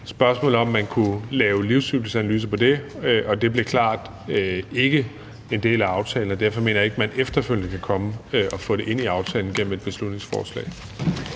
spørgsmålet om, om man kunne lave livscyklusanalyse på det, og det blev klart, at det ikke blev en del af aftalen. Derfor mener jeg ikke, at man efterfølgende kan komme og få det ind i aftalen gennem et beslutningsforslag.